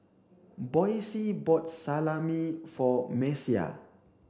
Boysie bought Salami for Messiah